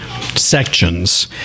sections